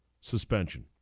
suspension